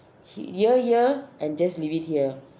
hear hear and just leave it here